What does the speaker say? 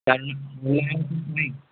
তাহলে কিছু নেই